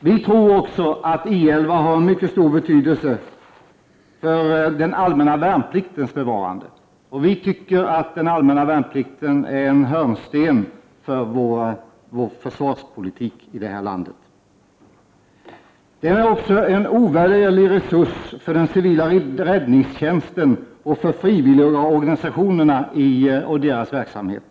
Vi tror också att I 11 har mycket stor betydelse för den allmänna värnpliktens bevarande, och den tycker vi är en hörnsten för landets försvarspolitik. Regementet är också en ovärderlig resurs för den civila räddningstjänsten och för frivilligorganisationerna och deras verksamhet.